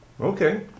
Okay